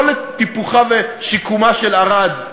לא לטיפוחה ושיקומה של ערד,